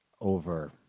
over